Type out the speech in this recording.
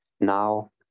Now